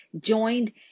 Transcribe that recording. joined